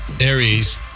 Aries